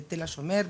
ב"תל-השומר",